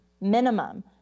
minimum